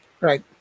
right